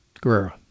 Guerrero